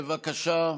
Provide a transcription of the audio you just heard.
בבקשה.